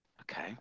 Okay